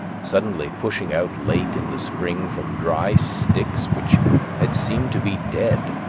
suddenly pushing out late in the spring from dry sticks which had seemed to be dead,